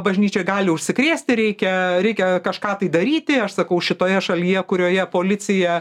bažnyčioj gali užsikrėsti reikia reikia kažką tai daryti aš sakau šitoje šalyje kurioje policija